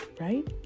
right